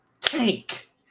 tank